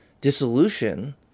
dissolution